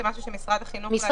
זה משהו שמשרד החינוך החליט.